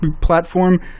platform